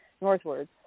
northwards